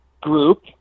group